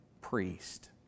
priest